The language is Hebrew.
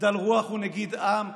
גדל רוח ונגיד עם,